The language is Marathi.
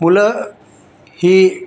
मुलं ही